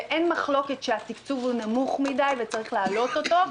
ואין מחלוקת שהתקצוב נמוך מדי וצריך להעלות אותו.